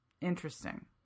interesting